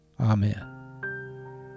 Amen